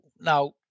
Now